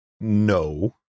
no